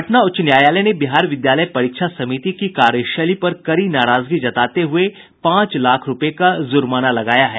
पटना उच्च न्यायालय ने बिहार विद्यालय परीक्षा समिति की कार्यशैली पर कड़ी नाराजगी जताते हुये पांच लाख रुपये का जुर्माना लगाया है